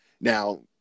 Now